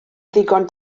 ddigon